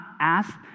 ask